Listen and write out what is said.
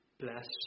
bless